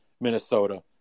Minnesota